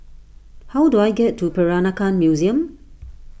how do I get to Peranakan Museum